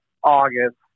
August